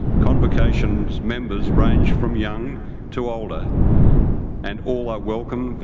convocations members range from young to older and all are welcome,